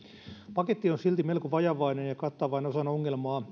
paketti on silti melko vajavainen ja kattaa vain osan ongelmaa